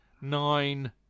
nine